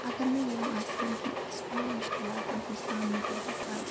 اگر نہٕ یِم آسِہ ہن کینٛہہ اسہِ کٕمَن مُشکِلاتَن ہُنٛد سامنہٕ پیٚیہِ ہا کَرُن